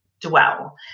dwell